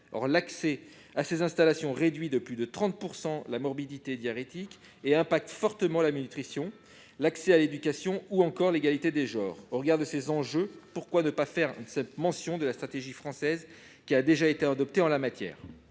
Or l'accès à ces installations réduit de plus de 30 % la morbidité diarrhéique et impacte fortement la nutrition, l'accès à l'éducation ou l'égalité des genres. Au regard de ces enjeux, pourquoi ne pas faire mention de la stratégie française déjà adoptée en la matière ?